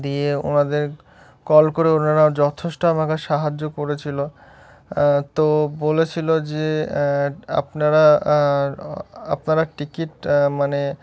দিয়ে ওনাদের কল করে ওনারা যথেষ্ট আমাকে সাহায্য করেছিল তো বলেছিল যে আপনারা আপনারা টিকিট মানে